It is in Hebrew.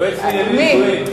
מי?